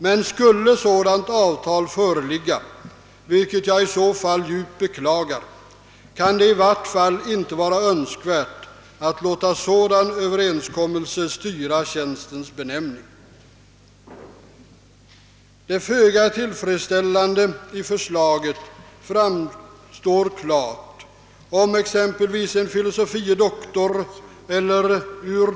Men skulle sådant avtal föreligga — vilket jag i så fall djupt beklagar — kan det i vart fall icke vara önskvärt, att låta en dylik överenskommelse styra tjänstens benämning. Det föga tillfredsställande i förslaget framstår klart, om exempelvis en fil. doktor, jur.